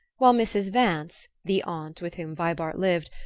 while mrs. vance, the aunt with whom vibart lived,